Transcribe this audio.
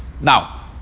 Now